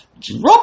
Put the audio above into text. Drop